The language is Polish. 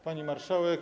Pani Marszałek!